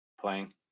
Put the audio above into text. playing